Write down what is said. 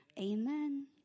amen